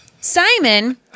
Simon